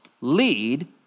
lead